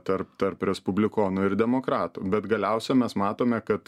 tarp tarp respublikonų ir demokratų bet galiausia mes matome kad